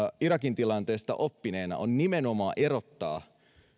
irakin tilanteesta oppineena nimenomaan erottaa